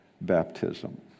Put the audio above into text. baptism